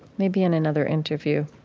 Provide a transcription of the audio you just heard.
maybe in another interview,